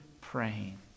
praying